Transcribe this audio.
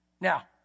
Now